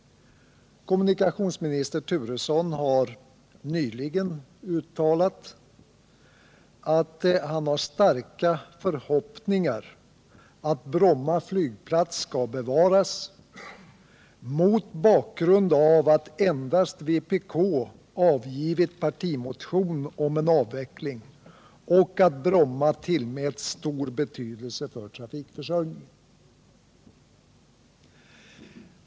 Kommunikationsminister Turesson har nyligen uttalat att han har starka förhoppningar att Bromma flygplats skall bevaras, mot bakgrund av att endast vpk väckt partimotion om en avveckling och att Bromma tillmäts stor betydelse för trafikförsörjningen.